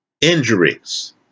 injuries